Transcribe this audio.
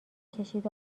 کشید